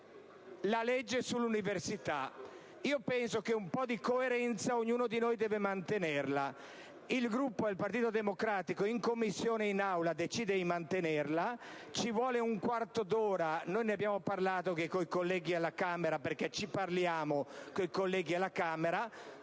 la legge sull'università. Penso che un po' di coerenza ognuno di noi dovrebbe mantenerla, e il Gruppo del Partito Democratico in Commissione e in Aula decide di farlo. Ci vorrebbe un quarto d'ora: ne abbiamo parlato anche con i colleghi alla Camera (perché noi ci parliamo con i colleghi della Camera).